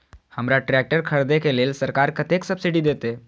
हमरा ट्रैक्टर खरदे के लेल सरकार कतेक सब्सीडी देते?